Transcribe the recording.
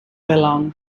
along